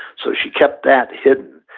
so she kept that hidden,